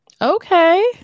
Okay